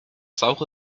saure